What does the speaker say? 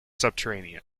subterranean